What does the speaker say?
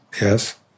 Yes